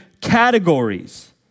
categories